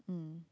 mm